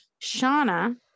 Shauna